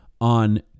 on